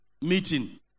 meeting